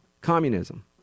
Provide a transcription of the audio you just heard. Communism